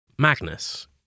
Magnus